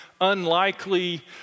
unlikely